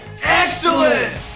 Excellent